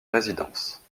résidence